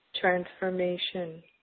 transformation